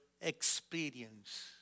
experience